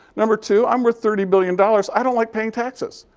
number two, i'm worth thirty billion dollars. i don't like paying taxes.